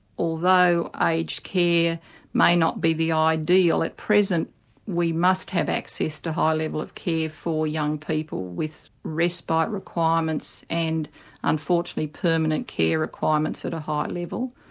although aged care may not be the ideal at present we must have access to high level of care for young people with respite requirements and unfortunately, permanent care requirements that are high level.